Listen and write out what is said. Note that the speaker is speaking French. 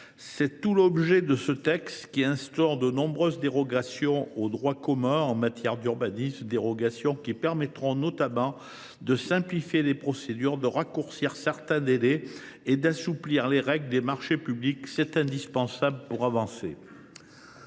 c’est tout l’objet de ce texte, qui instaure de nombreuses dérogations au droit commun en matière d’urbanisme. Elles permettront, notamment, de simplifier les procédures, de raccourcir certains délais et d’assouplir les règles des marchés publics. C’est indispensable pour avancer.